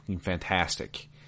fantastic